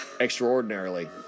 Extraordinarily